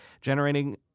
generating